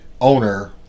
owner